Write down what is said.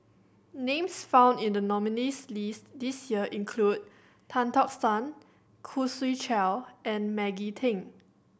names found in the nominees' list this year include Tan Tock San Khoo Swee Chiow and Maggie Teng